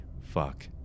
fuck